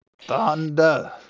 thunder